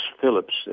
Phillips